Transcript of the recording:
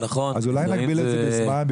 אז אולי נגביל את זה בזמן,